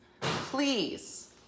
please